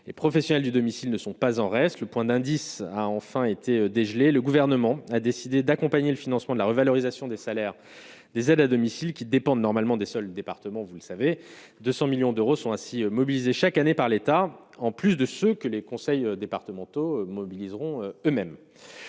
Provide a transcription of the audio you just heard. les professionnels du domicile ne sont pas en reste le point d'indice a enfin été dégelés, le gouvernement a décidé d'accompagner le financement de la revalorisation des salaires, des aides à domicile qui dépendent normalement des seuls départements, vous le savez, 200 millions d'euros sont ainsi mobilisés chaque année par l'État, en plus de ce que les conseils départementaux mobiliseront eux- mêmes